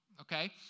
okay